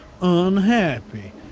unhappy